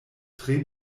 tre